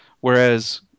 Whereas